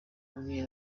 yabwiye